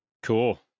Cool